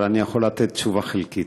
אבל אני יכול לתת תשובה חלקית.